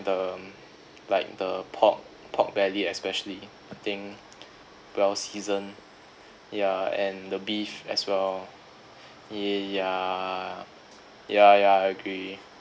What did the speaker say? the um like the pork pork belly especially I think well seasoned ya and the beef as well yea ya ya ya I agree